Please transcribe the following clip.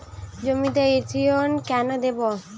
জমিতে ইরথিয়ন কেন দেবো?